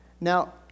Now